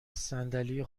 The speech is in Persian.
صندلی